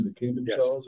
Yes